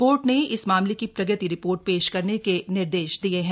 court ने इस मामले की प्रगति रिपोर्ट पेश करने के निर्देश दिये हैं